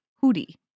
Hoodie